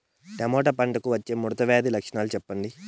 Tomato పంటకు వచ్చే ముడత వ్యాధి లక్షణాలు చెప్పండి?